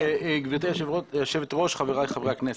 גברתי היושבת-ראש, חבריי חברי הכנסת,